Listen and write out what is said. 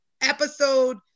episode